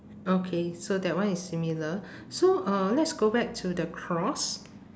okay so that one is similar so uh let's go back to the cross